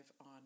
on